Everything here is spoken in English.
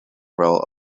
role